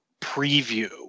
preview